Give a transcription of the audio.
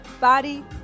body